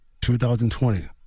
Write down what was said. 2020